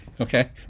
okay